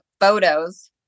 photos